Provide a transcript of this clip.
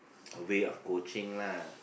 a way of coaching lah